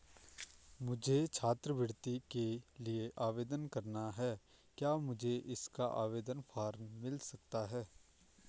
मुझे छात्रवृत्ति के लिए आवेदन करना है क्या मुझे इसका आवेदन फॉर्म मिल सकता है?